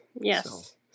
Yes